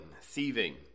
thieving